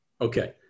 Okay